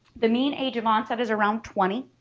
the mean age of onset is around twenty